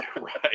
right